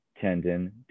tendon